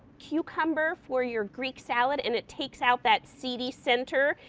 cucumber. for your greek salad, and, it takes out, that city center.